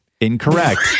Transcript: Incorrect